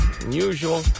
Unusual